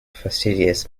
fastidious